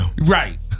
Right